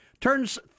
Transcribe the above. Turns